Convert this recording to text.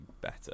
better